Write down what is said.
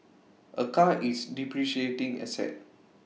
A car is depreciating asset